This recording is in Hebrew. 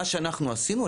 מה שאנחנו עשינו,